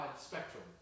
spectrum